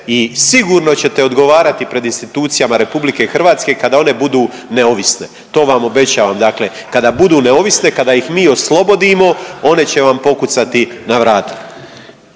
i sigurno ćete odgovarati pred institucijama RH kada one budu neovisne. To vam obećavam, dakle kada budu neovisne, kada ih mi oslobodimo, one će vam pokucati na vrata.